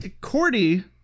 Cordy